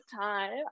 time